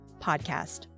podcast